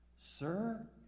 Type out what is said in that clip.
Sir